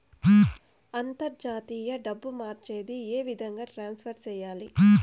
అంతర్జాతీయ డబ్బు మార్చేది? ఏ విధంగా ట్రాన్స్ఫర్ సేయాలి?